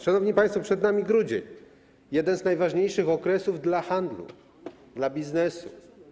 Szanowni państwo, przed nami grudzień, jeden z najważniejszych okresów dla handlu, dla biznesu.